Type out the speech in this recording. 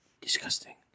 Disgusting